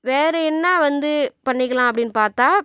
வேறு என்ன வந்து பண்ணிக்கலாம் அப்படினு பார்த்தா